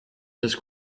this